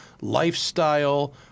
lifestyle